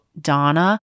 Donna